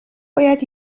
باید